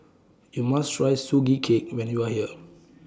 YOU must Try Sugee Cake when YOU Are here